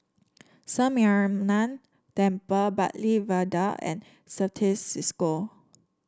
Sri Mariamman Temple Bartley Viaduct and Certis Cisco